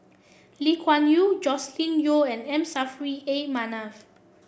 Lee Kuan Yew Joscelin Yeo and M Saffri A Manaf